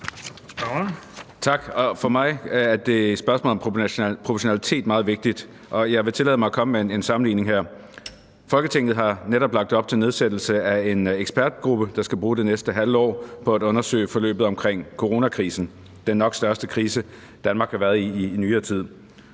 For mig er spørgsmålet om proportionalitet meget vigtigt. Jeg vil tillade mig at komme med en sammenligning her: Folketinget har netop lagt op til at nedsætte en ekspertgruppe, der skal bruge det næste halve år på at undersøge forløbet omkring coronakrisen – den nok største krise, Danmark har været i i nyere tid.